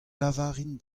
lavarin